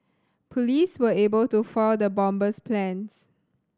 police were able to foil the bomber's plans